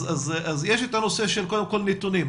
אז יש את הנושא של קודם כל נתונים,